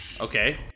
Okay